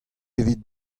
evit